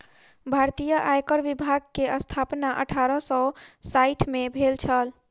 भारतीय आयकर विभाग के स्थापना अठारह सौ साइठ में भेल छल